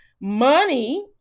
money